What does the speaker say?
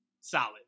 Solid